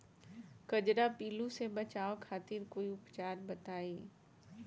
कजरा पिल्लू से बचाव खातिर कोई उपचार बताई?